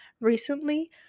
Recently